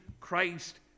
Christ